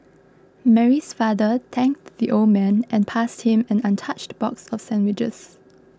Mary's father thanked the old man and passed him an untouched box of sandwiches